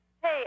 Hey